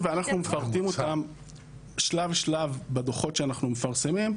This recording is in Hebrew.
ואנחנו מפרטים אותם שלב-שלב בדוחות שאנחנו מפרסמים,